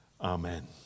Amen